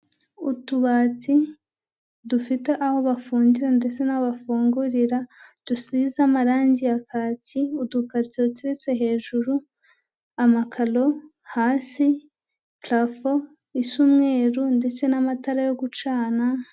Utubati dufite aho bafungira ndetse n'aho bafungurira dusize amarangi ya kaki, udukarito duteretse hejuru, amakalo hasi, plafond isa umweru ndetse n'amatara yo gucana.